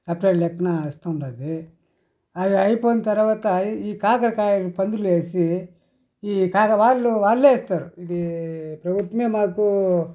hectare లెక్కన ఇస్తుంటుంది అది అయిపోయిన తర్వాత ఈ కాకరకాయ పందిరిలు వేసి ఈ కాకరకాయలు వాళ్లే ఇస్తారు ఇది ప్రభుత్వమే మాకు